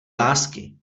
lásky